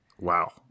Wow